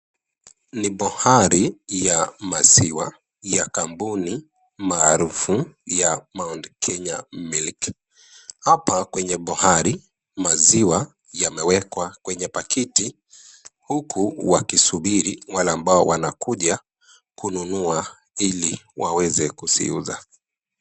Ni bohari ya maziwa ya kampuni maarufu ya Mount Kenya Milk ,hapa kwenye bohari, maziwa yamewekwa kwenye pakiti huku wakisubiri wale ambao wanakuja kununua ili waweze kuziuza.